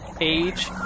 age